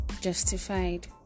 justified